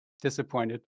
disappointed